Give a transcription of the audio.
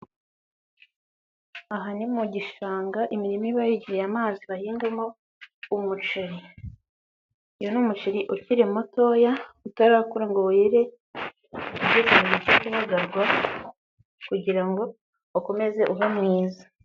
Aha ni mu gishanga, imirima iba yegeye amazi bahingamo umuceri. Uyu ni umuceri ukiri mutoya, utarakura ngo were, ugeze mu gihe cyo kubagarwa kugira ngo ukomeze ube mwiza.